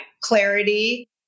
clarity